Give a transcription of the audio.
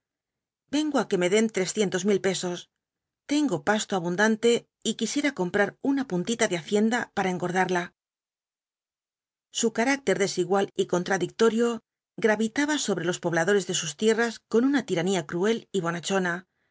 vengo á que me den trescientos mil pesos tengo pasto abundante y quisiera comprar una pxmtita de hacienda para engordarla su carácter desigual y contradictorio gravitaba sobre los pobladores de sus tierras con una tiranía cruei y bonachona